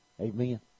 amen